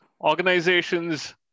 organizations